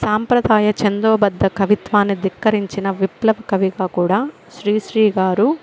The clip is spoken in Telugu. సాంప్రదాయ చందోబద్ద కవిత్వాన్ని దిక్కరించిన విప్లవ కవిగా కూడా శ్రీశ్రీ గారు